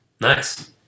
Nice